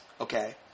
Okay